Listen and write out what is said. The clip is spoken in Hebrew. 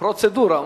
פרוצדורה.